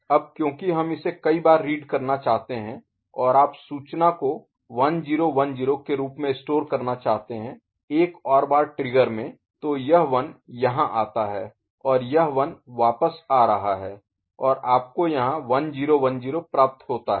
अब क्योंकि हम इसे कई बार रीड करना चाहते हैं और आप सूचना को 1010 के रूप में स्टोर करना चाहते हैं एक और बार ट्रिगर में तो यह 1 यहाँ आता है और यह 1 वापस आ रहा है और आपको यहाँ 1010 प्राप्त होता है